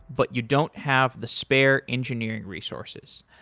but you don't have the spare engineering resources.